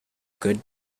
good